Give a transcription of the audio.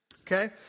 okay